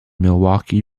milwaukee